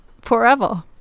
Forever